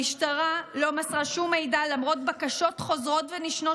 המשטרה לא מסרה שום מידע למרות בקשות חוזרות ונשנות